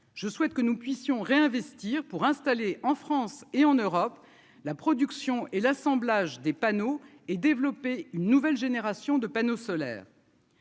je souhaite que nous puissions réinvestir pour installer en France et en Europe, la production et l'assemblage des panneaux et développer une nouvelle génération de panneaux solaires.